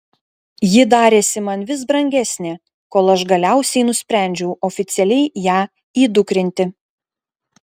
ji darėsi man vis brangesnė kol aš galiausiai nusprendžiau oficialiai ją įdukrinti